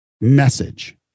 Message